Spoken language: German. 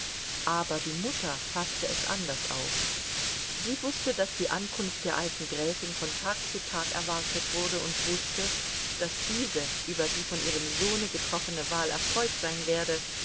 aber die mutter faßte es anders auf sie wußte daß die ankunft der alten gräfin von tag zu tag erwartet wurde und wußte daß diese über die von ihrem sohne getroffene wahl erfreut sein werde